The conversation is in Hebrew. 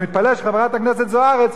אני מתפלא שחברת הכנסת זוארץ,